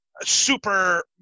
super –